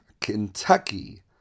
Kentucky